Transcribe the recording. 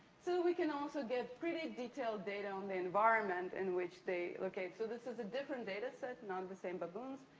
so, we can also get pretty detailed data on the environment in which they locate. so, this is a different data set, not the same baboons.